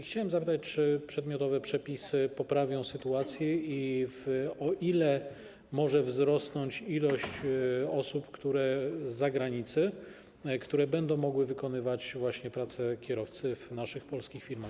Chciałem zapytać, czy przedmiotowe przepisy poprawią sytuację i o ile może wzrosnąć ilość osób z zagranicy, które będą mogły wykonywać pracę kierowcy w naszych, polskich firmach.